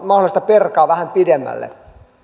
mahdollista perata vähän pidemmälle